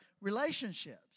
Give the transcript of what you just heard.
relationships